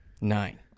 Nine